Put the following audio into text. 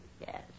Yes